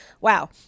Wow